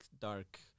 dark